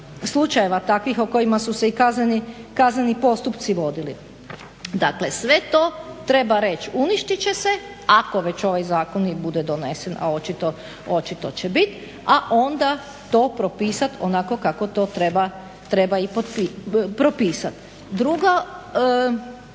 slučajeva takvih o kojima su se i kazneni postupci vodili. Dakle, sve to treba reći, uništit će se ako već ovaj zakon bude donesen, a očito će biti, a onda to propisati onako kako to treba i propisati. Drugo,